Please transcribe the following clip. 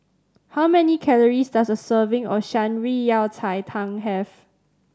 how many calories does a serving of Shan Rui Yao Cai Tang have